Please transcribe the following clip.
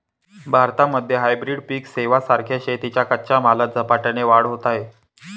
भारतामध्ये हायब्रीड पिक सेवां सारख्या शेतीच्या कच्च्या मालात झपाट्याने वाढ होत आहे